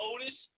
Otis